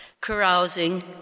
carousing